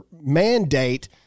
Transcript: mandate